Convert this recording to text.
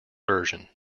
version